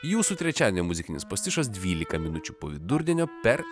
jūsų trečiadienio muzikinis pastišas dvylika minučių po vidurdienio per